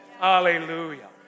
Hallelujah